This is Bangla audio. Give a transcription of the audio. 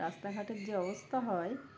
রাস্তাঘাটের যে অবস্থা হয়